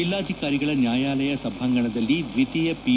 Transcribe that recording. ಜಿಲ್ಲಾಧಿಕಾರಿಗಳ ನ್ಯಾಯಾಲಯ ಸಭಾಂಗಣದಲ್ಲಿ ದ್ವಿತೀಯ ಪಿ